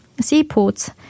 seaports